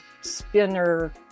spinner